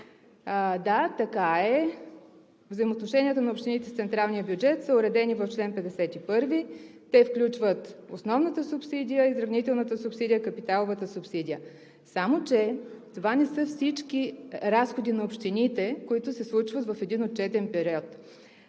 да, така е, взаимоотношенията на общините с централния бюджет са уредени в чл. 51. Те включват основната субсидия, изравнителната субсидия, капиталовата субсидия, само че това не са всички разходи на общините, които се случват в един отчетен период.